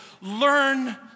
learn